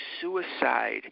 suicide